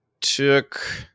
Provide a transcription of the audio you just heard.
took –